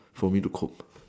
for me to cope